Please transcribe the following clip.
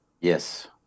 Yes